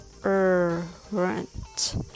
current